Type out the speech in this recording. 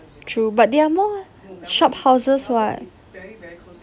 true but they are more shop houses [what]